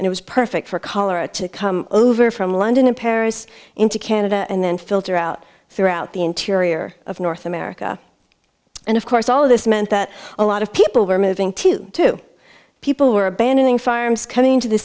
and it was perfect for cholera to come over from london to paris into canada and then filter out throughout the interior of north america and of course all of this meant that a lot of people were moving to to people who were abandoning farms coming to the